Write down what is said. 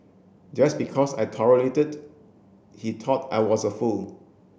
just because I tolerated he thought I was a fool